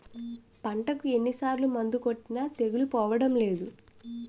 పంటకు ఎన్ని సార్లు మందులు కొట్టినా తెగులు పోవడం లేదు